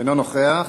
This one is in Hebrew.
אינו נוכח.